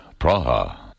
Praha